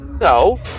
No